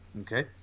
Okay